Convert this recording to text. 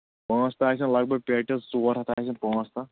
پانٛژھ تَہہ آسَن لگ بگ پیٹٮ۪س ژور تَہہ آسَن پانٛژھ تَتھ